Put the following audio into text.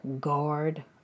guard